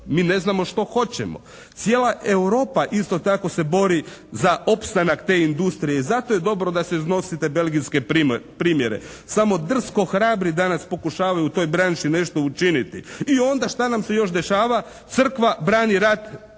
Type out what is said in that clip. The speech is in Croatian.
Mi ne znamo što hoćemo. Cijela Europa isto tako se bori za opstanak te industrije. I zato je dobro da se iznosi te belgijske primjere. Samo drsko hrabri danas pokušavaju u toj branši nešto učiniti. I onda šta nam se još dešava? Crkva brani rad